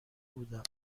بودم